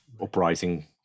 uprising